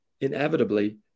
inevitably